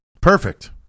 Perfect